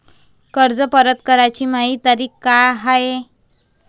कर्ज परत कराची मायी तारीख का हाय?